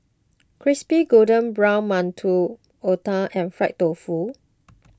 Crispy Golden Brown Mantou Otah and Fried Tofu